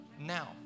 now